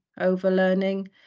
over-learning